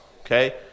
okay